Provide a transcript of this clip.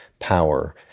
power